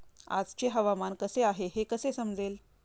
आजचे हवामान कसे आहे हे कसे समजेल?